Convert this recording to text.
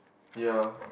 ya